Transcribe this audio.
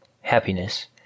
happiness